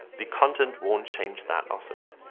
the content won't change that often.